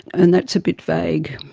and that's a bit vague.